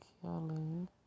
killing